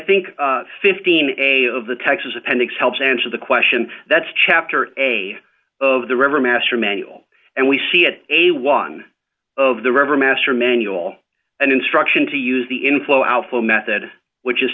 think fifteen a of the texas appendix helps answer the question that's chapter a of the river master manual and we see it a one of the river master manual and instruction to use the inflow outflow method which is